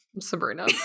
Sabrina